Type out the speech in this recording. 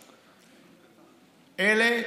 תודה.